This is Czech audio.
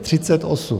Třicet osm!